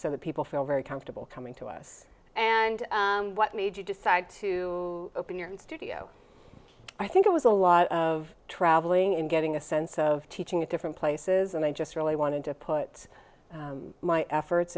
so that people feel very comfortable coming to us and what made you decide to open your studio i think it was a lot of travelling and getting a sense of teaching at different places and i just really wanted to put my efforts